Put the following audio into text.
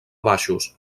baixos